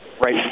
Right